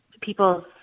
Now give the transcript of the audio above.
people